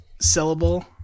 syllable